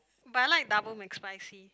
but I like double McSpicy